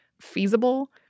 feasible